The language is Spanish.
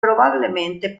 probablemente